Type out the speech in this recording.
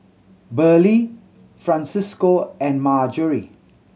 Burleigh Francisco and Marjorie